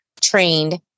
trained